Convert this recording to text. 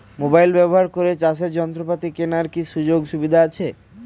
Mobile ব্যবহার করে চাষের যন্ত্রপাতি কেনার কি সুযোগ সুবিধা আছে?